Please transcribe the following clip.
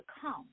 come